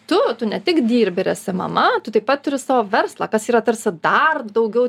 tu tu ne tik dirbi ir esi mama tu taip pat turi savo verslą kas yra tarsi dar daugiau